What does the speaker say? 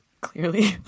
clearly